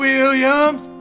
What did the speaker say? Williams